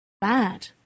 bad